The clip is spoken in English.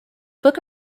book